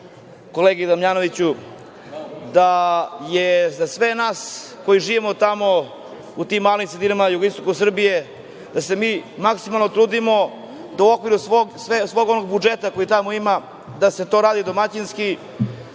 kolegi Damjanoviću da se mi svi koji živimo u tim malim sredinama na jugoistoku Srbije maksimalno trudimo da u okviru svog onog budžeta koji tamo ima da se to radi domaćinski.